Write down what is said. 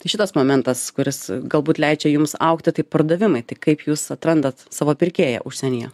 tai šitas momentas kuris galbūt leidžia jums augti tai pardavimai tai kaip jūs atrandat savo pirkėją užsienyje